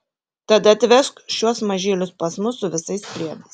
tada atvežk šiuos mažylius pas mus su visais priedais